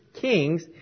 Kings